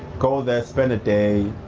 go there, spend a day,